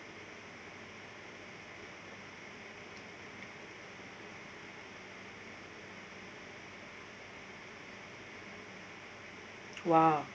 !wow!